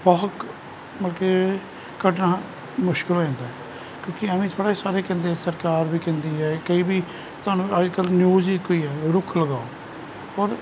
ਬਹੁਤ ਮਤਲ ਕਿ ਕਢਣਾ ਮੁਸ਼ਕਿਲ ਹੋ ਜਾਂਦਾ ਹੈ ਕਿਉਂਕਿ ਐਵੇਂ ਥੋੜ੍ਹਾ ਸਾਰੇ ਕਹਿੰਦੇ ਹੈ ਸਰਕਾਰ ਵੀ ਕਹਿੰਦੀ ਹੈ ਕਈ ਵੀ ਤੁਹਾਨੂੰ ਅੱਜ ਕਲ੍ਹ ਨਯੂਜ਼ ਇੱਕ ਹੀ ਹੈ ਰੁੱਖ ਲਗਾਓ ਔਰ